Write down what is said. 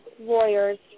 lawyers